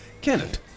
Kenneth